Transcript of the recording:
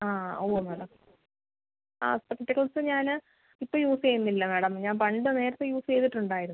ആ ഉവ്വ് മാഡം ആ സ്പെക്റ്റകിൾസ് ഞാൻ ഇപ്പോൾ യൂസ് ചെയ്യുന്നില്ല മാഡം ഞാൻ പണ്ട് നേരത്തെ യൂസ് ചെയ്തിട്ടുണ്ടായിരുന്നു